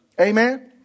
Amen